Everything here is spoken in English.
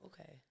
Okay